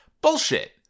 Bullshit